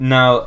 Now